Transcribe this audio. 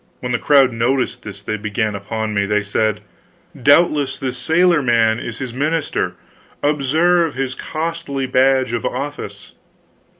when the crowd noticed this, they began upon me. they said doubtless this sailor-man is his minister observe his costly badge of office!